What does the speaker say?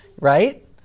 right